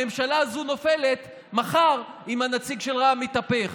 הממשלה הזו נופלת מחר אם הנציג של רע"מ מתהפך.